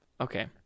Okay